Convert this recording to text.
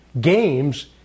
games